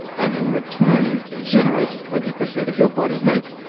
and in return, generates twenty percent of your body heat.